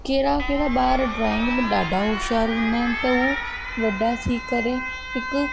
कहिड़ा कहिड़ा ॿार ड्राइंग में ॾाढा होशियारु हूंदा आहिनि त हू वॾा थी करे हिकु